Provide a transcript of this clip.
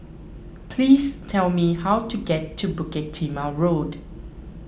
please tell me how to get to Bukit Timah Road